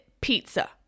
pizza